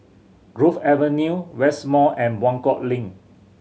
Grove Avenue West Mall and Buangkok Link